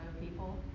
people